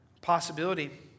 possibility